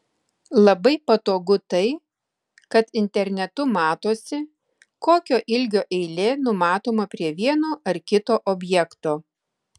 labai patogu tai kad internetu matosi kokio ilgio eilė numatoma prie vieno ar kito objekto